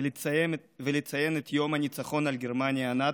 ולציין את יום הניצחון על גרמניה הנאצית,